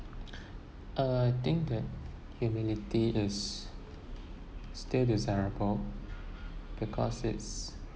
uh I think that humility is still desirable because it's